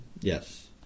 Yes